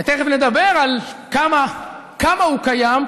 ותכף נדבר על כמה הוא קיים,